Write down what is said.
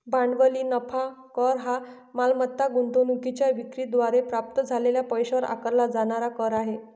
भांडवली नफा कर हा मालमत्ता गुंतवणूकीच्या विक्री द्वारे प्राप्त झालेल्या पैशावर आकारला जाणारा कर आहे